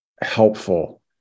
helpful